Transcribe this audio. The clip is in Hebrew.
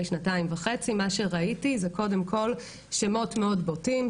שנתיים וחצי מה שראיתי זה קודם כל שמות מאוד בוטים,